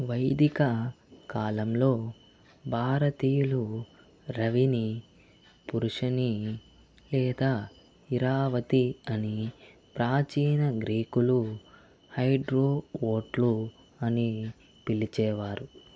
వైదిక కాలంలో భారతీయులు రవిని పురుషిణి లేదా ఇరావతి అని ప్రాచీన గ్రీకులు హైడ్రోవోట్లు అని పిలిచేవారు